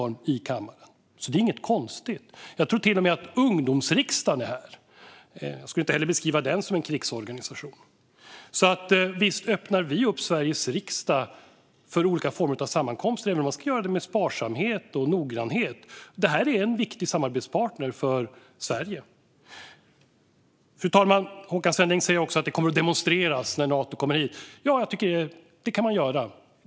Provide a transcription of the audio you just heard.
Det är alltså inget konstigt. Jag tror att även Ungdomens riksdag hålls här. Jag skulle inte heller beskriva den som en krigsorganisation. Så visst öppnar vi upp Sveriges riksdag för olika former av sammankomster, även om det ska göras med sparsamhet och noggrannhet. Nato är en viktig samarbetspartner för Sverige. Fru talman! Håkan Svenneling säger att det kommer att demonstreras när Nato kommer hit, och det tycker jag att man kan göra.